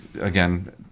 Again